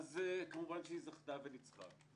כמובן שהיא זכתה וניצחה.